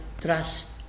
trust